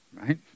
right